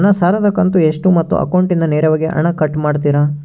ನನ್ನ ಸಾಲದ ಕಂತು ಎಷ್ಟು ಮತ್ತು ಅಕೌಂಟಿಂದ ನೇರವಾಗಿ ಹಣ ಕಟ್ ಮಾಡ್ತಿರಾ?